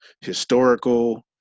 historical